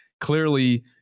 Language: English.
clearly